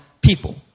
people